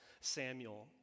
Samuel